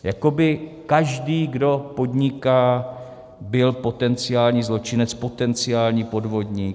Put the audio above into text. Jako by každý, kdo podniká, byl potenciální zločinec, potenciální podvodník.